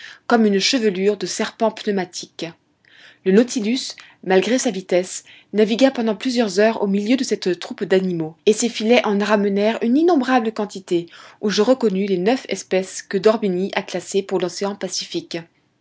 comme une chevelure de serpents pneumatiques le nautilus malgré sa vitesse navigua pendant plusieurs heures au milieu de cette troupe d'animaux et ses filets en ramenèrent une innombrable quantité où je reconnus les neuf espèces que d'orbigny a classées pour l'océan pacifique